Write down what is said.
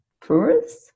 First